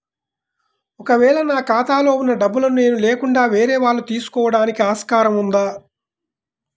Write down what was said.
ఒక వేళ నా ఖాతాలో వున్న డబ్బులను నేను లేకుండా వేరే వాళ్ళు తీసుకోవడానికి ఆస్కారం ఉందా?